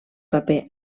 paper